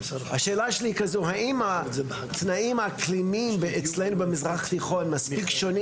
האם התנאים האקלימיים אצלנו במזרח התיכון מספיק שונים